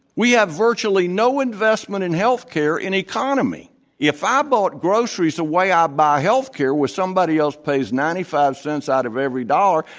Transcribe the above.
we have virtually no investment in healthcare ineconomy. if i bought groceries the way i ah buy healthcare, where somebody else pays ninety five cents out of every dollar,